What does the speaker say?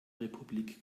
republik